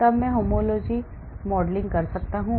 तब मैं homology modelling करता हूं